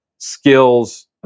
skills